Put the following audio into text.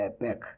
back